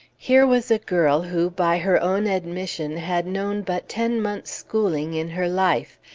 here was a girl who, by her own admission, had known but ten months' schooling in her life,